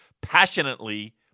passionately